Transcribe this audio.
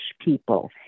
people